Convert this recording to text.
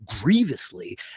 grievously